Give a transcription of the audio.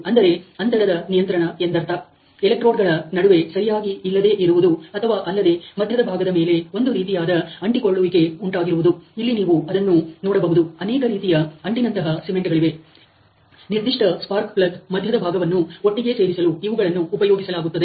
ಅಂದರೆ ಅಂತರದ ನಿಯಂತ್ರಣ ಎಂದರ್ಥ ಎಲೆಕ್ಟ್ರೋಡ್'ಗಳ ನಡುವೆ ಸರಿಯಾಗಿ ಇಲ್ಲದೆ ಇರುವುದು ಅಥವಾ ಅಲ್ಲದೆ ಮಧ್ಯದ ಭಾಗದ ಮೇಲೆ ಒಂದು ರೀತಿಯಾದ ಅಂಟಿಕೊಳ್ಳುವಿಕೆ ಉಂಟಾಗಿರುವುದು ಇಲ್ಲಿ ನೀವು ಅದನ್ನು ನೋಡಬಹುದ ಅನೇಕ ರೀತಿಯ ಆಂಟಿನಂತಹ ಸಿಮೆಂಟ್'ಗಳಿವೆ ನಿರ್ದಿಷ್ಟ ಸ್ಪಾರ್ಕ್ ಪ್ಲಗ್ ಮಧ್ಯದ ಭಾಗವನ್ನು ಒಟ್ಟಿಗೆ ಸೇರಿಸಲು ಇವುಗಳನ್ನು ಉಪಯೋಗಿಸಲಾಗುತ್ತದೆ